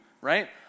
right